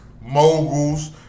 moguls